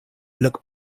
look